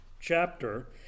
chapter